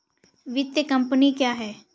वित्तीय कम्पनी क्या है?